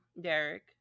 Derek